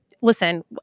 Listen